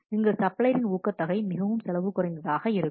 இங்கு சப்ளையரின் ஊக்கத்தொகை மிக செலவு குறைந்ததாக இருக்கும்